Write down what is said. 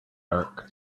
dark